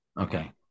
Okay